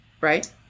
right